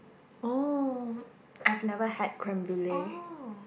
oh I've never had creme brulee